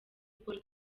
paul